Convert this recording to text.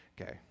Okay